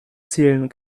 zählen